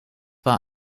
war